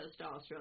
testosterone